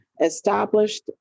established